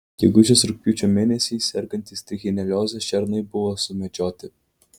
gegužės rugpjūčio mėnesiais sergantys trichinelioze šernai buvo sumedžioti